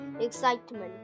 excitement